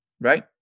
right